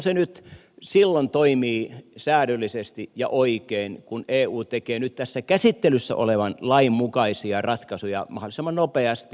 se silloin toimii säädyllisesti ja oikein kun eu tekee nyt tässä käsittelyssä olevan lain mukaisia ratkaisuja mahdollisimman nopeasti